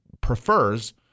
prefers